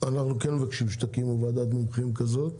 אנחנו כן מבקשים שתקימו ועדת מומחים כזאת